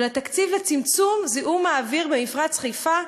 התקציב לצמצום זיהום האוויר במפרץ חיפה,